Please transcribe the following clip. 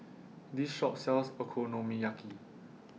This Shop sells Okonomiyaki